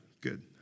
good